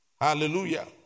Hallelujah